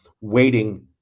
waiting